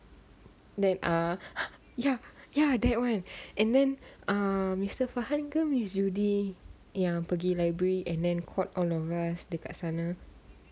then ah ya ya that one and then uh mister farhan ke miss judy yang pergi library caught all of us dekat sana